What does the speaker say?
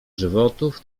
żywotów